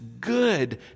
good